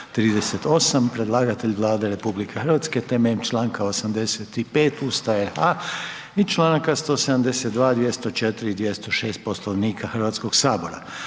Predlagatelj je Vlada RH na temelju članka 85. Ustava RH i članaka 172. i 204. i 206. Poslovnika Hrvatskog sabora.